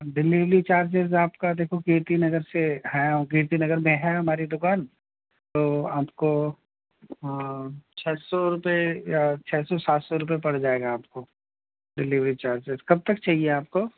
delivery charges آپ کا دیکھو کیرتی نگر سے ہیں اور کیرتی نگر میں ہے ہماری دکان تو آپ کو چھ سو روپے یا چھ سو سات سو روپے پڑ جائے گا آپ کو ڈلیوری چارجز کب تک چاہیے آپ کو